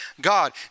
God